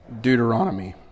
Deuteronomy